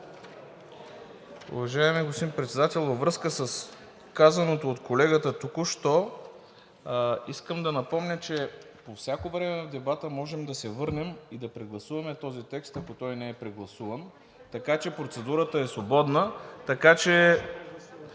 Уважаеми господин Председател, във връзка с казаното от колегата току-що, искам да напомня, че по всяко време на дебата можем да се върнем и да прегласуваме този текст, ако той не е прегласуван. Така че процедурата е свободна.